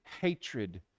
hatred